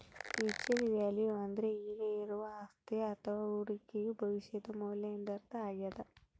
future value ಅಂದ್ರೆ ಈಗ ಇರುವ ಅಸ್ತಿಯ ಅಥವ ಹೂಡಿಕೆಯು ಭವಿಷ್ಯದ ಮೌಲ್ಯ ಎಂದರ್ಥ ಆಗ್ಯಾದ